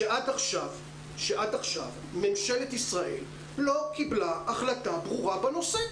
שעד עכשיו ממשלת ישראל לא קיבלה החלטה ברורה בנושא.